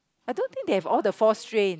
I don't think they have all the four strains